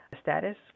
status